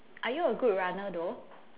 are you a good runner though